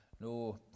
no